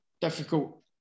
difficult